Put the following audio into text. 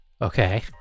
Okay